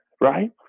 right